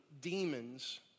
demons